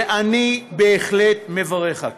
ואני בהחלט מברך על כך.